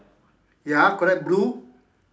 ya correct blue